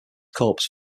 corps